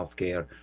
healthcare